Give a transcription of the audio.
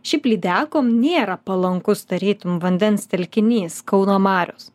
šiaip lydekom nėra palankus tarytum vandens telkinys kauno marios